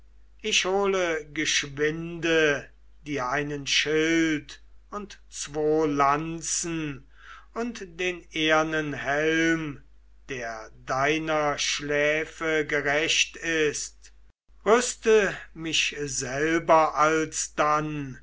ich hole geschwinde dir einen schild und zwo lanzen und den ehernen helm der deiner schläfe gerecht ist rüste mich selber alsdann